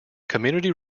community